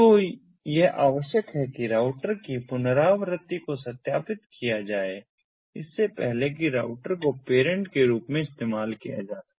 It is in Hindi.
तो यह आवश्यक है कि राउटर की पुनरावृत्ति को सत्यापित किया जाए इससे पहले कि राउटर को पैरेंट के रूप में इस्तेमाल किया जा सके